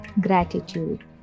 gratitude